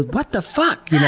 what the fuck?